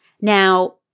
Now